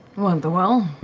what, the well?